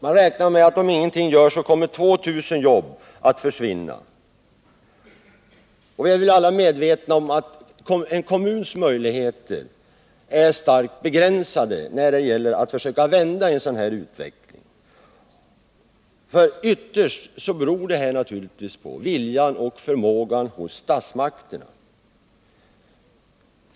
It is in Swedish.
Man räknar med att om ingenting görs kommer 2 000 jobb att försvinna. Vi är alla medvetna om att en kommuns möjligheter är starkt begränsade när det gäller att försöka vända en sådan utveckling. Ytterst beror det hela naturligtvis på viljan och förmågan hos statsmakterna.